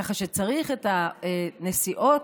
כך שצריך את הנסיעות